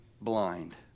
blind